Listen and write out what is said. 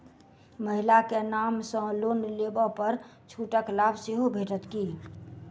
महिला केँ नाम सँ लोन लेबऽ पर छुटक लाभ सेहो भेटत की?